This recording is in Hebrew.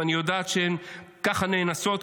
ואני יודעת שהן ככה נאנסות,